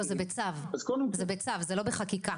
לא זה בצו, זה בצו זה לא בחקיקה.